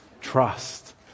trust